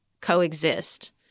coexist